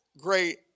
great